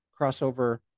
crossover